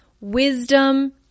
wisdom